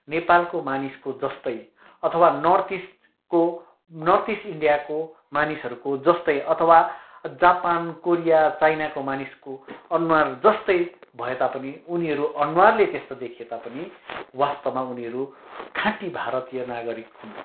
नेपालको मानिसको जस्तै अथवा नर्थइस्टको नर्थइस्ट इन्डियाको मानिसहरूको जस्तै अथवा जापान कोरिया चाइनाको मानिसको अनुहार जस्तै भए तापनि उनीहरू अनुहारले त्यस्तो देखिए तापनि वास्तवमा उनीहरू खाँटी भारतीय नागरिक हुन्